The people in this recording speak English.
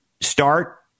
start